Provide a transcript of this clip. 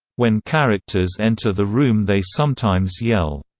when characters enter the room they sometimes yell,